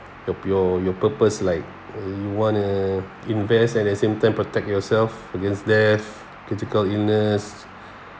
of your your purpose like you want to invest at the same time protect yourself against death critical illness